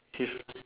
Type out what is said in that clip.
he's